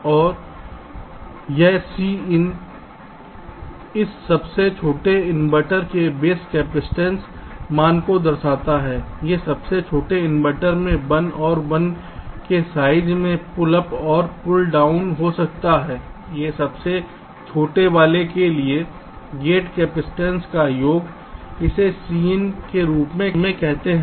और यह Cin इस सबसे छोटे इन्वर्टर के बेस कैपेसिटेंस मान को दर्शाता है इस सबसे छोटे इन्वर्टर में 1 और A के साइज के पुल अप और पुल डाउन हो सकते हैं इस सबसे छोटे वाले के लिए गेट कैपेसिटेंस का योग इसे Cin के रूप में कहते हैं